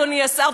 אדוני השר,